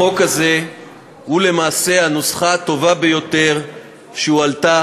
החוק הזה הוא למעשה הנוסחה הטובה ביותר שהועלתה